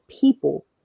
people